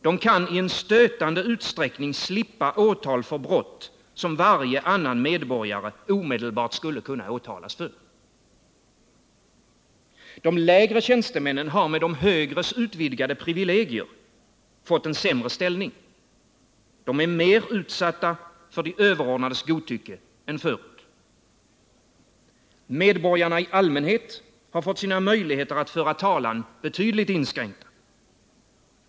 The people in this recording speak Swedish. De kan i en stötande utsträckning slippa åtal för brott som varje annan medborgare omedelbart skulle kunna åtalas för. De lägre tjänstemännen har med de högres utvidgade privilegier fått en sämre ställning. De är mer utsatta för de överordnades godtycke än förut. Medborgarna i allmänhet har fått sina möjligheter att föra talan betydligt inskränkta.